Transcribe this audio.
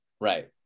Right